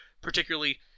particularly